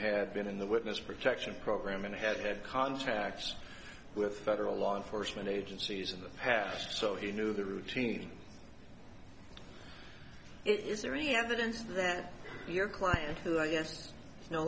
had been in the witness protection program and had had contacts with several law enforcement agencies in the past so he knew the routine is there any evidence then your client who i